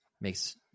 makes